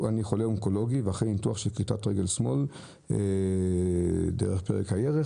"אני חולה אונקולוגי ואחרי ניתוח של כריתת רגל שמאל דרך פרק הירך.